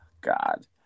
God